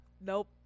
nope